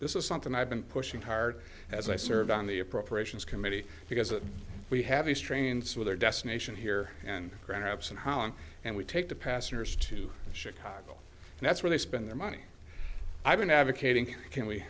this is something i've been pushing hard as i served on the appropriations committee because we have a strains with our destination here and graps and holland and we take the passengers to chicago and that's where they spend their money i've been advocating can we